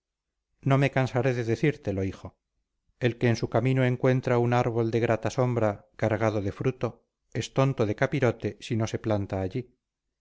no me cansaré de decírtelo hijo el que en su camino encuentra un árbol de grata sombra cargado de fruto es tonto de capirote si no se planta allí